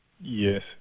Yes